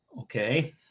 okay